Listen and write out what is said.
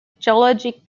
geologic